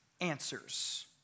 answers